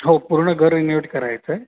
हो पूर्ण घर रिन्यूएट करायचं आहे